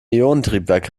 ionentriebwerk